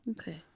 Okay